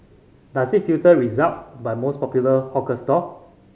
does it filter result by most popular hawker stall